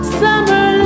summer